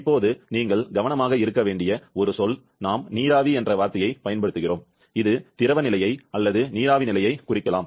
இப்போது நீங்கள் கவனமாக இருக்க வேண்டிய ஒரு சொல் நாம் நீராவி என்ற வார்த்தையைப் பயன்படுத்துகிறோம் இது திரவ நிலையை அல்லது நீராவி நிலையை குறிக்கலாம்